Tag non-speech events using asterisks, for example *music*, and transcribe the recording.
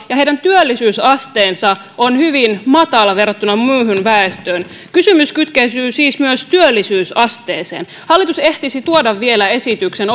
ja heidän työllisyysasteensa on hyvin matala verrattuna muuhun väestöön kysymys kytkeytyy siis myös työllisyysasteeseen hallitus ehtisi tuoda vielä esityksen *unintelligible*